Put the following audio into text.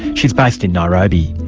she's based in nairobi.